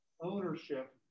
ownership